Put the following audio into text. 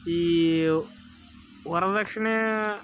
ಈ ವರ್ದಕ್ಷಿಣೆ